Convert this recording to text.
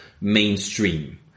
mainstream